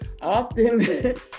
often